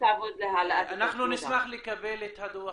אנחנו נשמח לקבל את הדוח